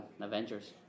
Avengers